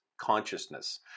consciousness